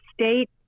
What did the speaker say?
state